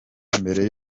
mbere